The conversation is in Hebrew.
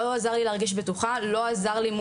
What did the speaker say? לא עזר לי להרגיש בטוחה,